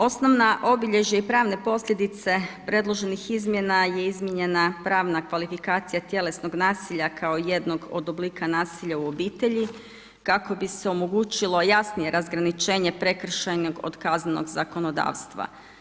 Osnovno obilježje i pravne posljedice predloženih izmjena je izmijenjena pravna kvalifikacija tjelesnog nasilja kao jednog od oblika nasilja u obitelji kako bi se omogućilo jasnije razgraničenje prekršajnog od kaznenog zakonodavstva.